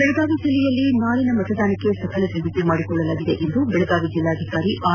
ಬೆಳಗಾವಿ ಜಿಲ್ಲೆಯಲ್ಲಿ ನಾಳಿನ ಮತದಾನಕ್ಕೆ ಸಕಲ ಸಿದ್ದತೆ ಮಾಡಿಕೊಳ್ಳಲಾಗಿದೆ ಎಂದು ಬೆಳಗಾವಿ ಜಿಲ್ಲಾಧಿಕಾರಿ ಆರ್